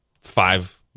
five